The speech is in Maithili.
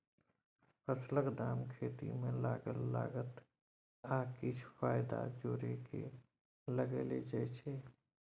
फसलक दाम खेती मे लागल लागत आ किछ फाएदा जोरि केँ लगाएल जाइ छै